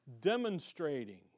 demonstrating